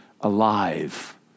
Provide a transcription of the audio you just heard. alive